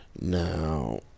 now